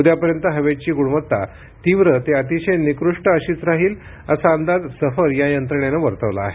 उद्यापर्यंत हवेची गुणवत्ता तीव्र ते अतिशय निकृष्ट अशीच राहील असा अंदाज सफर या यंत्रणेनं वर्तवला आहे